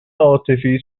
عاطفی